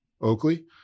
Oakley